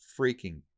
freaking